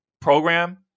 program